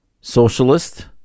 socialist